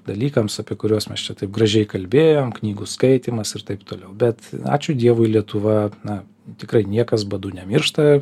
dalykams apie kuriuos mes čia taip gražiai kalbėjom knygų skaitymas ir taip toliau bet ačiū dievui lietuva na tikrai niekas badu nemiršta